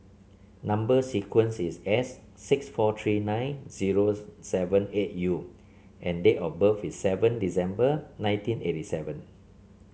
number sequence is S six four three nine zero seven eight U and date of birth is seven December nineteen eighty seven